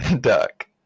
duck